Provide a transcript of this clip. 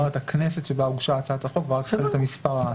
ראוי קודם לומר את הכנסת שבה הוצעה הצעת החוק ואז את מספר ההצעה.